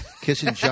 Kissing